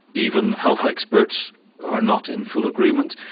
even health experts are not in full agreement.